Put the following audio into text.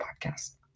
podcast